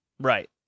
Right